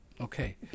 okay